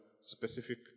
specific